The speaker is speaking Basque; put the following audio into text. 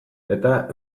eta